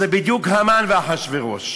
אז זה בדיוק המן ואחשוורוש: